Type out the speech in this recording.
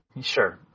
Sure